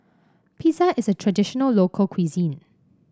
pizza is a traditional local cuisine